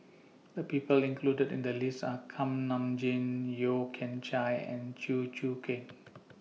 The People included in The list Are Kuak Nam Jin Yeo Kian Chai and Chew Choo Keng